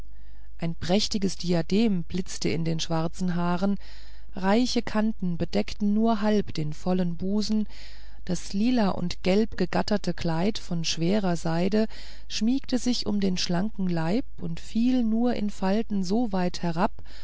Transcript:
ein prächtiges diadem blitzte in den schwarzen haaren reiche kanten bedeckten nur halb den vollen busen das lila und gelb gegatterte kleid von schwerer seide schmiegte sich um den schlanken leib und fiel nur in falten so weit herab